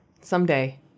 Someday